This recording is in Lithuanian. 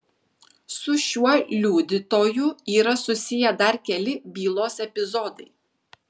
su šiuo liudytoju yra susiję dar keli bylos epizodai